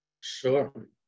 Sure